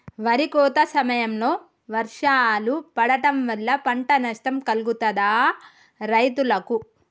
వరి కోత సమయంలో వర్షాలు పడటం వల్ల పంట నష్టం కలుగుతదా రైతులకు?